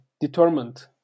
determined